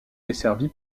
desservie